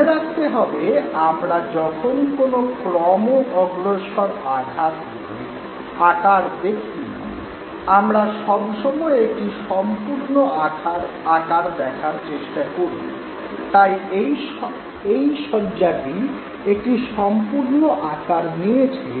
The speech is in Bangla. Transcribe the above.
মনে রাখতে হবে আমরা যখন কোনো ক্রম অগ্রসর আকার দেখি আমরা সব সময় একটি সম্পূর্ণ আকার দেখার চেষ্টা করি তাই এই সজ্জাটি একটি সম্পূর্ণ আকার নিয়েছে